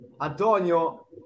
Antonio